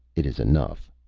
it is enough.